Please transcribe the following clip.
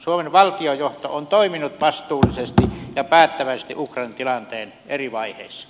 suomen valtiojohto on toiminut vastuullisesti ja päättäväisesti ukrainan tilanteen eri vaiheissa